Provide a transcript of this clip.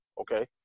Okay